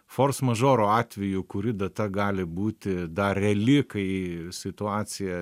forsmažoro atveju kuri data gali būti dar reali kai situacija